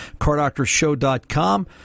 Cardoctorshow.com